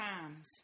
times